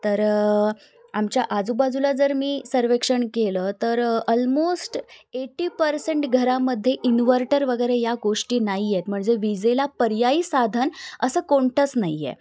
तर आमच्या आजूबाजूला जर मी सर्वेक्षण केलं तर अल्मोस्ट एटी पर्सेंट घरामध्ये इन्व्हर्टर वगैरे या गोष्टी नाही आहेत म्हणजे विजेला पर्यायी साधन असं कोणतंच नाही आहे